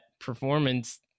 performance